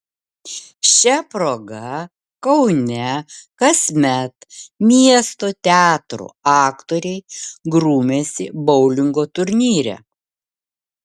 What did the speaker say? šia proga kaune kasmet miesto teatrų aktoriai grumiasi boulingo turnyre